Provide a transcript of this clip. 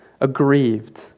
aggrieved